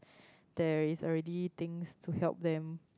there is already things to help them